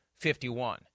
51